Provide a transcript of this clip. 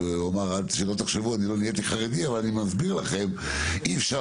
אמר שלמרות שהוא לא חרדי הוא מסביר שאי אפשר